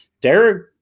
Derek